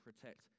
protect